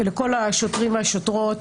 ותודה לגבי על כך שהדבר הזה עולה לדיון.